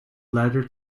latter